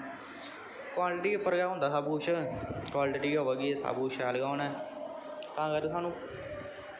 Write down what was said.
quality उप्पर गै होंदा सब कुछ क्वालटी होएगी सब कुछ होना ऐ तां करियै सानू